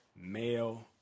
male